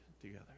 together